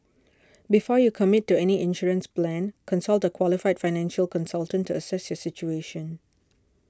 before you commit to any insurance plan consult a qualified financial consultant to assess your situation